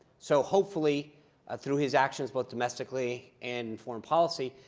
so hopefully ah through his actions, both domestically and foreign policy,